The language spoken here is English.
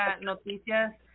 noticias